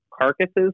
carcasses